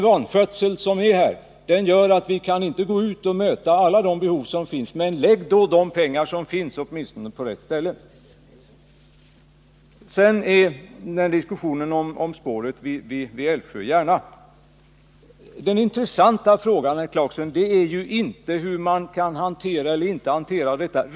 Vanskötseln gör att vi inte kan gå ut och möta alla de behov som finns — men lägg åtminstone de pengar som finns på rätt ställe! Sedan till diskussionen om spåret Älvsjö-Järna. Den intressanta frågan, herr Clarkson, är inte hur detta kan hanteras.